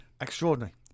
Extraordinary